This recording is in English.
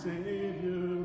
Savior